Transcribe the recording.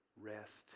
rest